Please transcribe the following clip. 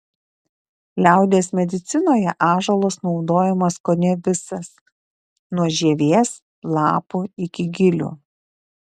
liaudies medicinoje ąžuolas naudojamas kone visas nuo žievės lapų iki gilių